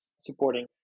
supporting